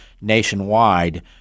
nationwide